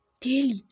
Daily